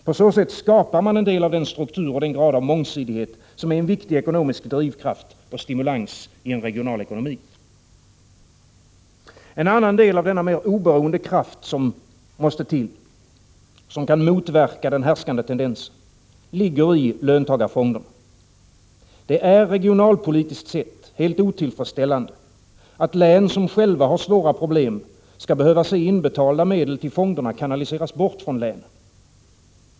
På så sätt skapar man en del av den struktur och den grad av mångsidighet som är en viktig ekonomisk drivkraft och stimulans i en regional ekonomi. En annan del av denna mer oberoende kraft, som kan motverka den härskande tendensen, ligger i löntagarfonderna. Det är, regionalpolitiskt sett, helt otillfredsställande att län som själva har svåra problem skall behöva se inbetalda medel till fonderna kanaliseras bort från länen.